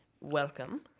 Welcome